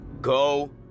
go